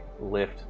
lift